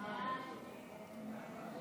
ההצעה